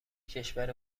کشور